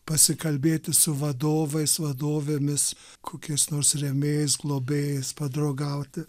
pasikalbėti su vadovais vadovėmis kokiais nors rėmėjais globėjais padraugauti